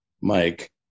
Mike